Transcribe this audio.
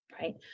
right